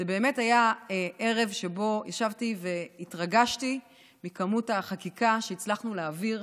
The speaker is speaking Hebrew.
זה באמת היה ערב שבו ישבתי והתרגשתי מכמות החקיקה שהצלחנו להעביר.